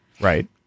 Right